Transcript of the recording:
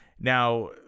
Now